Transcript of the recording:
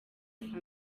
saa